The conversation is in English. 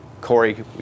Corey